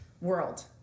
world